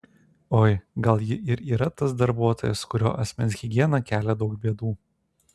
oi gal ji ir yra tas darbuotojas kurio asmens higiena kelia daug bėdų